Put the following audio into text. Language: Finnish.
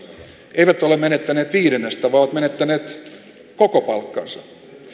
eivät ole menettäneet viidennestä vaan ovat menettäneet koko palkkansa